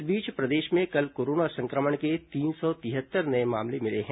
इस बीच प्रदेश में कल कोरोना संक्रमण के तीन सौ तिहत्तर नये मामले मिले हैं